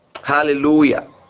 hallelujah